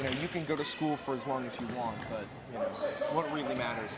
can you can go to school for one if you want but you know what really matters